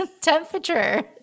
temperature